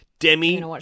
Demi